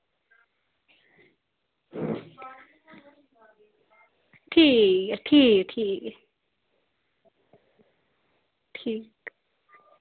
ठीक ऐ ठीक ठीक ऐ ठीक